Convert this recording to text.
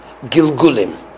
Gilgulim